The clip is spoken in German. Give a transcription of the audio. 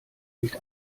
nicht